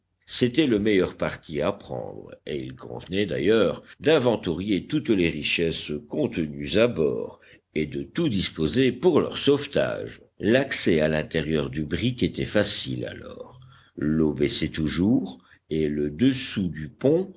c'était le meilleur parti à prendre et il convenait d'ailleurs d'inventorier toutes les richesses contenues à bord et de tout disposer pour leur sauvetage l'accès à l'intérieur du brick était facile alors l'eau baissait toujours et le dessous du pont